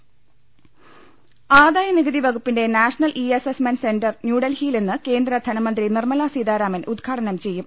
ദർവ്വെട്ടറ ആദായ നികുതി വകുപ്പിന്റെ നാഷണൽ ഇ അസ്സസ്മെന്റ് സെന്റർ ന്യൂഡൽഹിയിൽ ഇന്ന് കേന്ദ്ര ധനമന്ത്രി നിർമ്മലാ സൃീതാരാമൻ ഉദ്ഘാടനം ചെയ്യും